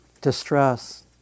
distress